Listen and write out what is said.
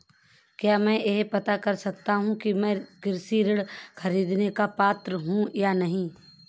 क्या मैं यह पता कर सकता हूँ कि मैं कृषि ऋण ख़रीदने का पात्र हूँ या नहीं?